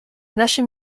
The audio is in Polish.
naszym